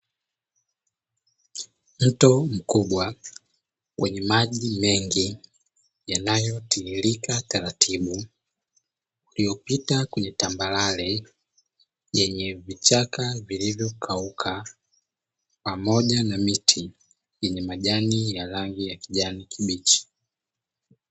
Mto mkubwa wenye maji mengi yanayotoririka taratibu iliyopita kwenye tambarare yenye vichaka vilivyokauka pamoja na miti yenye majani ya rangi ya kijani kibichi.